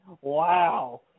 Wow